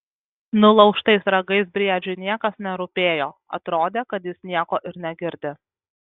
nulaužtais ragais briedžiui niekas nerūpėjo atrodė kad jis nieko ir negirdi